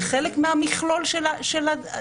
זה חלק מהמכלול של הדברים.